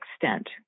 extent